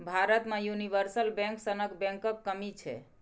भारत मे universal bank सनक बैंकक कमी छै